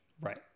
Right